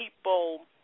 people